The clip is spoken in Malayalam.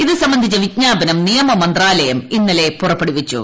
ഇതു സംബന്ധിച്ച വിജ്ഞാപനം നിയമ മന്ത്രാലയം ഇന്നലെ പുറത്തുവിട്ടു